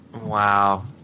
Wow